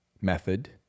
method